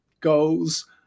goals